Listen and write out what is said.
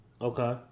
Okay